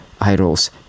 idols